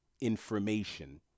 information